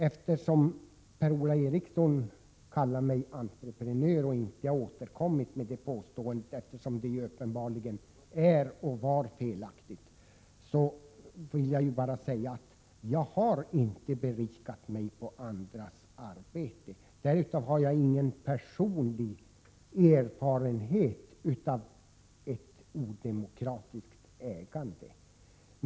Eftersom Per-Ola Eriksson kallade mig entreprenör men inte återkommit med det påståendet, som uppenbarligen var felaktigt, vill jag bara säga: Jag har inte berikat mig på andras arbete. Därför har jag ingen personlig erfarenhet av ett odemokratiskt ägande.